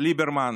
ליברמן